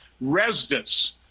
residence